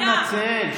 הוא התנצל.